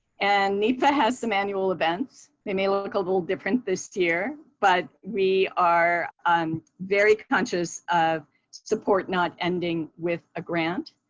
and nefa has some annual events. they may look look a little different this year. but we are um very conscious of support not ending with a grant.